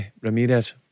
Ramirez